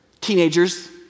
teenagers